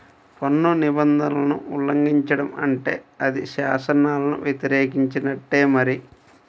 పన్ను నిబంధనలను ఉల్లంఘించడం అంటే అది శాసనాలను వ్యతిరేకించినట్టే మరి